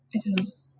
press only